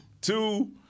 Two